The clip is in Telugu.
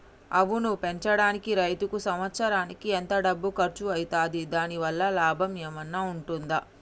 ఆవును పెంచడానికి రైతుకు సంవత్సరానికి ఎంత డబ్బు ఖర్చు అయితది? దాని వల్ల లాభం ఏమన్నా ఉంటుందా?